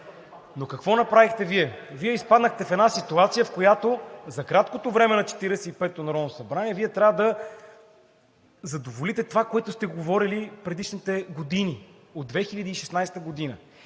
Но какво направихте Вие?! Изпаднахте в една ситуация, в която за краткото време на 45-ото народно събрание Вие трябва да задоволите това, което сте говорили предишните години – от 2016 г.